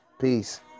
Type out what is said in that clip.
Peace